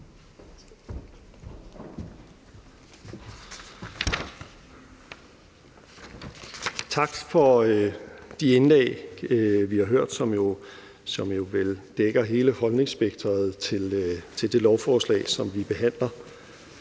Tak for de indlæg, vi har hørt, som jo vel dækker hele holdningsspektret til det lovforslag, som vi behandler.